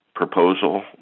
proposal